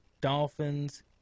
Dolphins